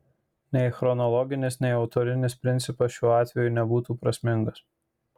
nei chronologinis nei autorinis principas šiuo atveju nebūtų prasmingas